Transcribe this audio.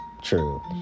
true